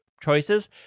choices